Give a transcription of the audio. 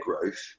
growth